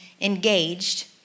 engaged